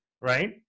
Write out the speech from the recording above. right